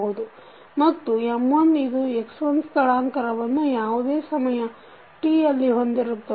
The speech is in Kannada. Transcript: ಮತ್ತು M1ಇದು x1 ಸ್ಥಳಾಂತರವನ್ನು ಯಾವುದೇ ಸಮಯ t ಯಲ್ಲಿ ಹೊಂದಿರುತ್ತದೆ